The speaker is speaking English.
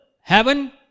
heaven